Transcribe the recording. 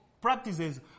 practices